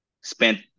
spent